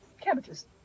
Cabbages